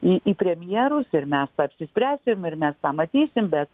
į į premjerus ir mes apsispręsim ir mes tą matysim bet